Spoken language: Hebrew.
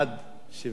17,